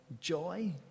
joy